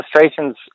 illustrations